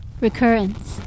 Recurrence